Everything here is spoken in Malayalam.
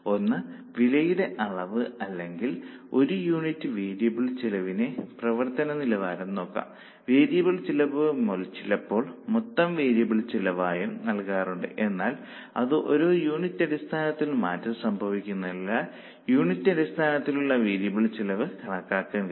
ഒന്ന് വിലയുടെ അളവ് അല്ലെങ്കിൽ ഒരു യൂണിറ്റ് വേരിയബിൾ ചെലവിനെ പ്രവർത്തന നിലവാരം നോക്കൂ വേരിയബിൾ ചെലവ് ചിലപ്പോൾ മൊത്തം വേരിയബിൾ ചെലവായും നൽകാറുണ്ട് എന്നാൽ അതിന് ഓരോ യൂണിറ്റ് അടിസ്ഥാനത്തിൽ മാറ്റം സംഭവിക്കുന്നതിനാൽ യൂണിറ്റ് അടിസ്ഥാനത്തിൽ ഉള്ള വേരിയബിൾ ചെലവ് കണക്കാക്കാൻ കഴിയും